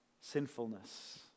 sinfulness